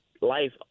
life